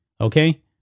Okay